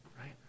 right